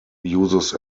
uses